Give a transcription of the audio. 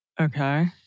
Okay